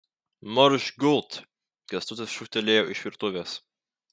marš gult kęstutis šūktelėjo iš virtuvės